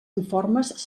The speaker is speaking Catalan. informes